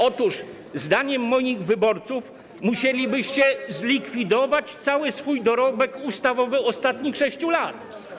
Otóż zdaniem moich wyborców musielibyście zlikwidować cały swój dorobek ustawowy ostatnich 6 lat.